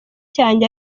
cyanjye